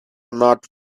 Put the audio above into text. not